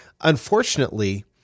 Unfortunately